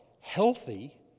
healthy